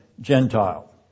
Gentile